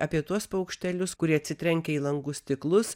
apie tuos paukštelius kurie atsitrenkia į langų stiklus